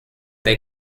they